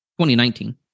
2019